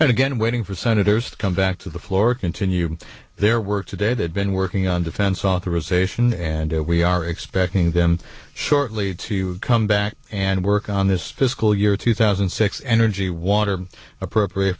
and again waiting for senators to come back to the floor continue their work today they've been working on defense authorization and we are expecting them shortly to come back and work on this fiscal year two thousand and six energy water appropriate